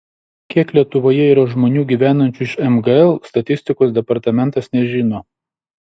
kiek lietuvoje yra žmonių gyvenančių iš mgl statistikos departamentas nežino